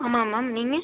ஆமாம் மேம் நீங்கள்